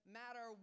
matter